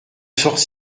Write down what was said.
sors